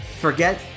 forget